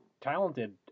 talented